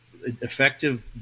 effective